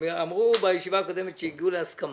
אמרו בישיבה הקודמת שהגיעו להסכמה.